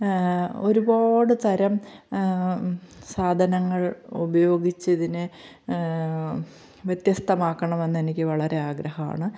ഒരുപാട് തരം സാധനങ്ങൾ ഉപയോഗിച്ച് അതിന് വ്യത്യസ്തമാക്കണം എന്ന് എനിക്ക് വളരെ ആഗ്രഹമാണ്